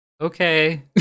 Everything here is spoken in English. okay